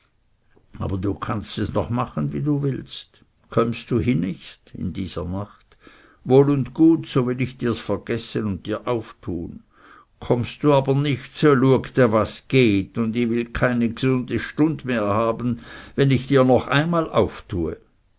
aber du kannst es noch machen wie du willst kömmst du hinecht wohl und gut so will ich dirs vergessen und dir auftun kommst du aber nicht so lueg de was geht und ich will keine gesunde stund mehr haben wenn ich dir noch einmal auftue